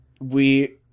we-